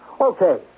okay